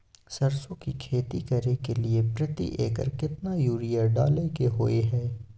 सरसो की खेती करे के लिये प्रति एकर केतना यूरिया डालय के होय हय?